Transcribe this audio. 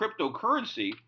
cryptocurrency